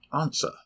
answer